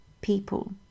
people